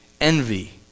Envy